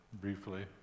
briefly